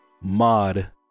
Mod